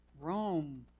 Rome